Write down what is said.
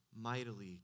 mightily